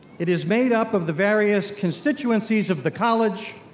it is made up of the various constituencies of the college,